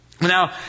Now